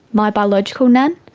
my biological nan,